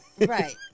Right